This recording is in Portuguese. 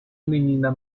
menina